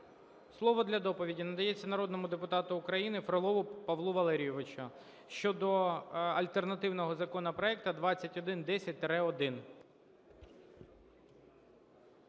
Слово для доповіді надається народному депутату України Фролову Павлу Валерійовичу щодо альтернативного законопроекту 2110-1.